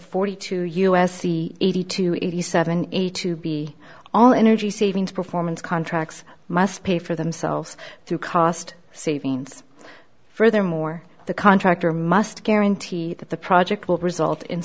forty two us c eighty two eighty seven eight to be all energy savings performance contracts must pay for themselves through cost savings furthermore the contractor must guarantee that the project will result in